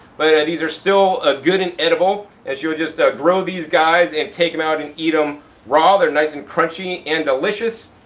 but these are still ah good and edible. and she would just grow these guys and take them out and eat them raw. they're nice and crunchy and delicious.